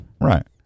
Right